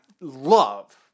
love